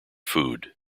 food